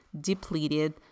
depleted